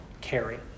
carry